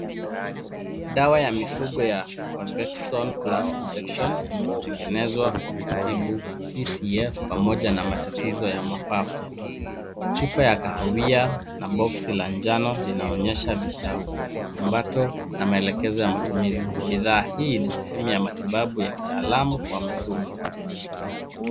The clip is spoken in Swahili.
Dawa ya mifugo ya parvexon plus injenction imetengenezwa kwa kutibu ECF pamoja na matatizo ya mapafu . Chupa ya kahawia na boksi la njano linaonyesha viambato na maelekezo ya matumizi. Bidhaa hii ni sehemu ya matibabu ya kitaalamu kwa mifugo.